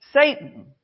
Satan